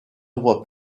voie